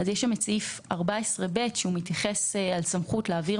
סעיף 14(ב) מתייחס לסמכות להעביר